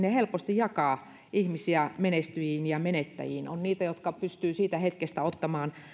helposti jakavat ihmisiä menestyjiin ja menettäjiin on niitä jotka pystyvät hetkestä ottamaan